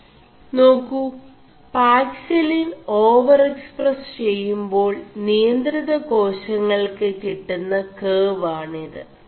േനാ ൂ പാക്സിലിൻ ഓവർ എക്സ്4പസ് െചgേ2ാൾ നിയ4ിത േകാശÆൾ ് കിƒgM കർവ് ആണിത്